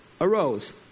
arose